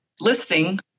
listing